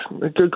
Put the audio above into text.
Good